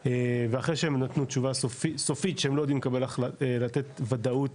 ואחרי שהם נתנו תשובה סופית שהם לא יודעים לתת וודאות,